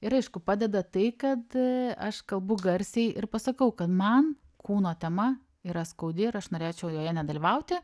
ir aišku padeda tai kad aš kalbu garsiai ir pasakau kad man kūno tema yra skaudi ir aš norėčiau joje nedalyvauti